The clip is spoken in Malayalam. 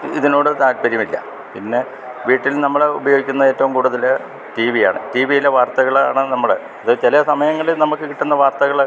ഇതിനോട് താല്പര്യമില്ല പിന്നെ വീട്ടിൽ നമ്മൾ ഉപയോഗിക്കുന്ന ഏറ്റോം കൂടുതൽ ടി വിയാണ് ടി വിയിലെ വാർത്തകളാണ് നമ്മൾ അത് ചില സമയങ്ങളിൽ നമുക്ക് കിട്ടുന്ന വാർത്തകൾ